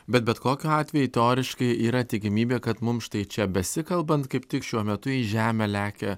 bet bet kokiu atveju teoriškai yra tikimybė kad mums štai čia besikalbant kaip tik šiuo metu į žemę lekia